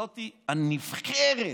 זאת הנבחרת,